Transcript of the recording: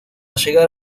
llegar